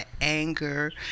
anger